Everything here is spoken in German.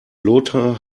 lothar